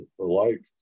alike